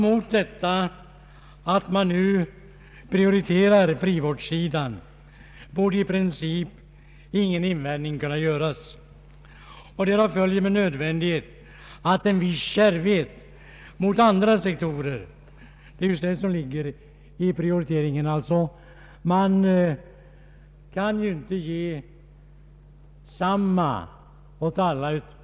Mot att man nu prioriterar frivårdssidan borde i princip ingen invändning kunna göras. Därav följer med nödvändighet en viss kärvhet mot andra sektorer. Man kan inte ge samma åt alla.